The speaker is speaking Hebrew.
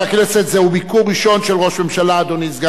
אדוני סגן השר,